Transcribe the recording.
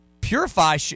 Purify